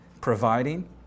providing